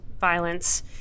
violence